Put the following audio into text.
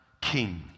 king